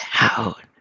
out